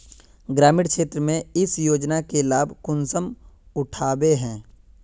ग्रामीण क्षेत्र में इस योजना के लाभ कुंसम उठावे है?